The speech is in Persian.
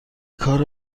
کار